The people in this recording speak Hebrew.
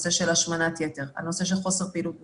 השמנת יתר וחוסר פעילות גופנית.